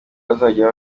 bazajya